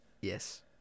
yes